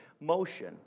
motion